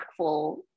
impactful